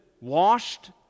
washed